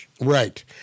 right